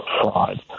fraud